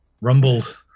Rumbled